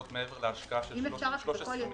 זאת מעבר להשקעה של -- אם אפשר יותר בקול,